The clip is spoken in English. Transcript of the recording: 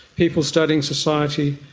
people studying society,